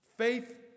faith